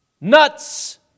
Nuts